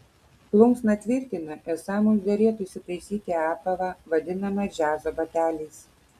plunksna tvirtina esą mums derėtų įsitaisyti apavą vadinamą džiazo bateliais